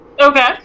Okay